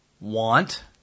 want